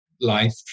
life